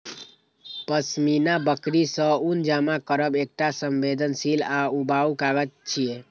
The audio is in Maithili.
पश्मीना बकरी सं ऊन जमा करब एकटा संवेदनशील आ ऊबाऊ काज छियै